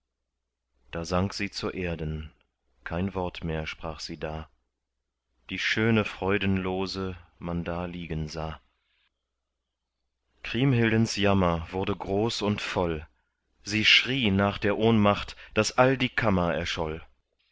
da sank sie zur erden kein wort mehr sprach sie da die schöne freudenlose man da liegen sah kriemhildens jammer wurde groß und voll sie schrie nach der ohnmacht daß all die kammer erscholl